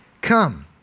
come